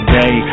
day